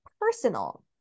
personal